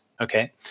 Okay